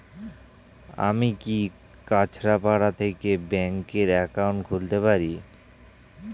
আমি কি কাছরাপাড়া থেকে ব্যাংকের একাউন্ট খুলতে পারি?